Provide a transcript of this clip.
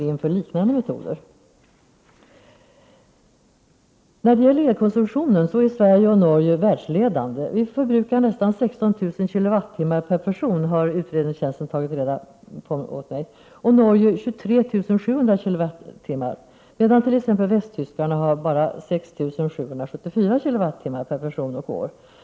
I Sverige förbrukar vi enligt uppgifter från riksdagens utredningstjänst nästan 16 000 kilowattimmar per person och år, och i Norge förbrukar man ca 23 700 kilowattimmar, medan t.ex. västtyskarna förbrukar bara 6 774 kilowattimmar per person och år.